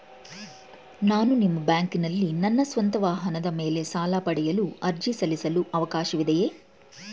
ನಾನು ನಿಮ್ಮ ಬ್ಯಾಂಕಿನಲ್ಲಿ ನನ್ನ ಸ್ವಂತ ವಾಹನದ ಮೇಲೆ ಸಾಲ ಪಡೆಯಲು ಅರ್ಜಿ ಸಲ್ಲಿಸಲು ಅವಕಾಶವಿದೆಯೇ?